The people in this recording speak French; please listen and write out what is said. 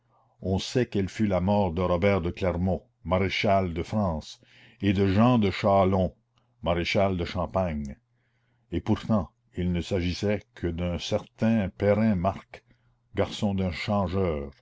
on sait quelle fut la mort de robert de clermont maréchal de france et de jean de châlons maréchal de champagne et pourtant il ne s'agissait que d'un certain perrin marc garçon d'un changeur